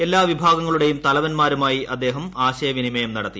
എല്ലാ വിഭാഗങ്ങളുടെയും തലവൻമാരുമായി അദ്ദേഹം ആശയവിനിമയം നടത്തി